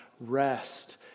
rest